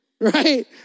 Right